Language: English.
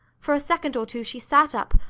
for a second or two she sat up,